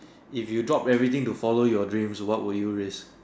if you drop everything to follow your dreams what will you risk